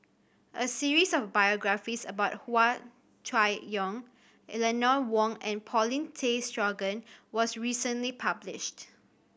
a series of biographies about Hua Chai Yong Eleanor Wong and Paulin Tay Straughan was recently published